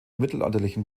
mittelalterlichen